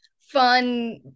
fun